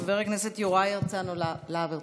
חבר הכנסת יוראי להב הרצנו,